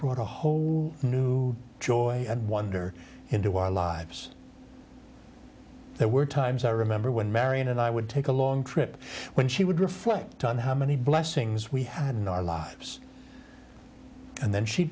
brought a whole new joy and wonder into our lives there were times i remember when marian and i would take a long trip when she would reflect on how many blessings we had in our lives and then she